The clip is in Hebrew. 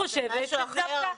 זה משהו אחר.